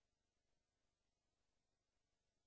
להפגין ולהביע דעה, ולא עשו שום דבר.